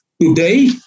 today